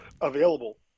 available